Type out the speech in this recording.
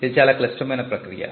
ఇది చాలా క్లిష్టమైన ప్రక్రియ